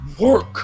work